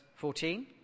14